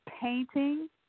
painting